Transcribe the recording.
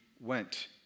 went